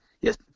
Yes